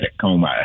coma